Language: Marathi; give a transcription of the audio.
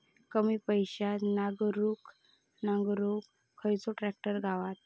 कमी पैशात नांगरुक खयचो ट्रॅक्टर गावात?